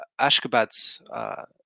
Ashgabat